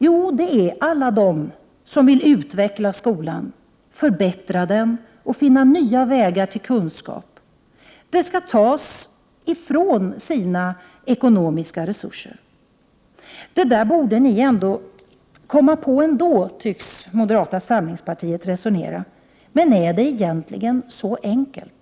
Jo, det är alla de som vill utveckla skolan, förbättra den och finna nya vägar till kunskap. De skall fråntas sina ekonomiska resurser. Det där borde ni komma på ändå, tycks moderata samlingspartiet resonera. Men är det egentligen så enkelt?